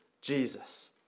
Jesus